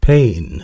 Pain